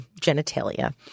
genitalia